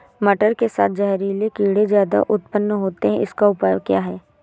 मटर के साथ जहरीले कीड़े ज्यादा उत्पन्न होते हैं इनका उपाय क्या है?